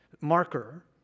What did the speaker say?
marker